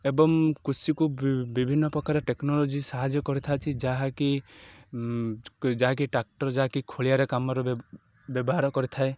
ଏବଂ କୃଷିକୁ ବିଭିନ୍ନ ପ୍ରକାର ଟେକ୍ନୋଲୋଜି ସାହାଯ୍ୟ କରିଥାଛି ଯାହାକି ଯାହାକି ଟ୍ରାକ୍ଟର ଯାହାକି ଖୋଳିଆରେ କାମର ବ୍ୟବହାର କରିଥାଏ